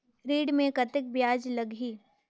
ऋण मे कतेक ब्याज लगही?